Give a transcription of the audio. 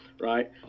Right